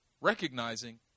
recognizing